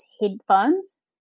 headphones